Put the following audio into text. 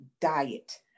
diet